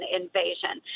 invasion